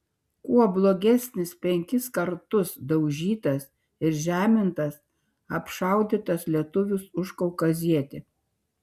kuo blogesnis penkis kartus daužytas ir žemintas apšaudytas lietuvis už kaukazietį